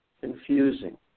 confusing